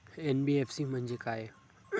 NBFC म्हणजे काय?